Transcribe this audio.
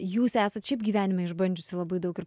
jūs esat šiaip gyvenime išbandžiusi labai daug ir